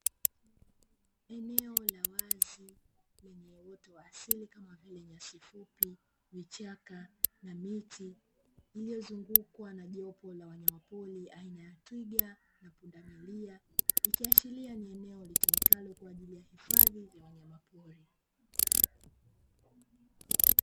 Eneo la wazi lenye uoto wa asili kama vile: nyasi fupi, vichaka, na miti iliyozungukwa na jopo la wanyamapori aina ya twiga na pundamilia, ikiashiria ni eneo litumikalo kwa ajili ya hifadhi ya wanyamapori.